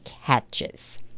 hatches